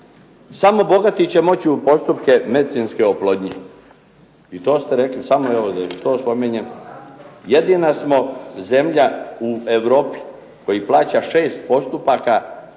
Samo bogati će moći u postupke medicinske oplodnje. I to ste rekli, samo evo to spominjem. Jedina smo zemlja u Europi koji plaća 6 postupaka što